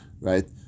Right